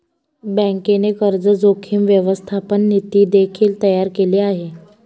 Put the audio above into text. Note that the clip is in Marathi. बँकेने कर्ज जोखीम व्यवस्थापन नीती देखील तयार केले आहे